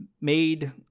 made